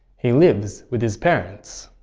he lives with his parents.